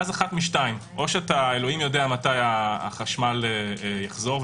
ואז אחת משתיים או אלוקים יודע מתי החשמל יחזור,